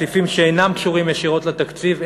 סעיפים שאינם קשורים ישירות לתקציב,